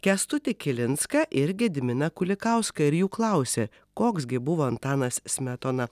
kęstutį kilinską ir gediminą kulikauską ir jų klausė koks gi buvo antanas smetona